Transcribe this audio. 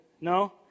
No